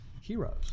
heroes